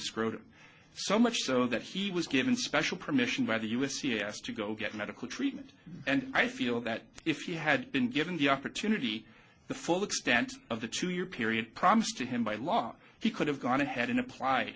scrutiny so much so that he was given special permission by the u s yes to go get medical treatment and i feel that if you had been given the opportunity the full extent of the two year period promised to him by law he could have gone ahead and apply